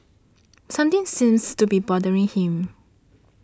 something seems to be bothering him